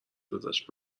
گذشت